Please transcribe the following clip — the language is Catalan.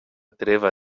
treva